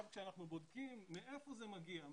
כשאנחנו בודקים מהיכן זה מגיע,